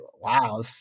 wow